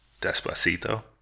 Despacito